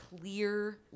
clear